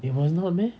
it was not meh